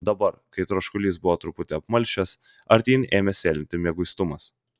dabar kai troškulys buvo truputį apmalšęs artyn ėmė sėlinti mieguistumas